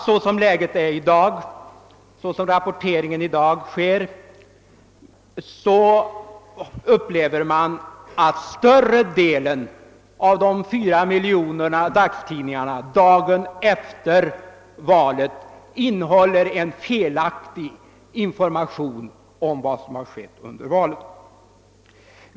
Så som rapporteringen sker i dag upplever man att största delen av de fyra miljonerna dagstidningsexemplaren dagen efter valet innehåller en felaktig information om vad som skett vid valet.